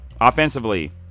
offensively